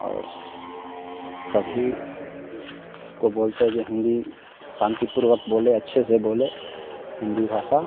और सभी को बोलते जो हिन्दी शांतिपूर्वक बोलें अच्छे से बोलें हिन्दी भाषा